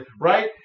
right